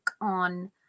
on